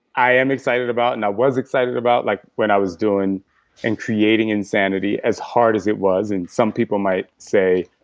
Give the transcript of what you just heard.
i am excited about and i was excited like when i was doing and creating insanity, as hard as it was. and some people might say,